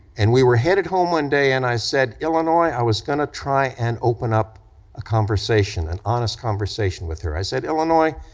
and we were headed home one day, and i said, illinois, i was gonna try and open up a conversation, an honest conversation with her. i said, illinois,